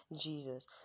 Jesus